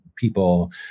people